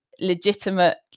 legitimate